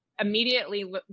immediately